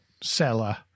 seller